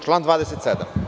Član 27.